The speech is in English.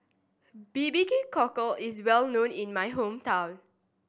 B B Q Cockle is well known in my hometown